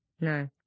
No